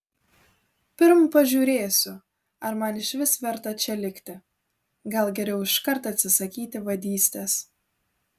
pirm pažiūrėsiu ar man išvis verta čia likti gal geriau iškart atsisakyti vadystės